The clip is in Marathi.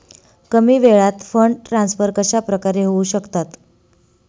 कमी वेळात फंड ट्रान्सफर कशाप्रकारे होऊ शकतात?